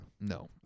No